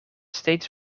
steeds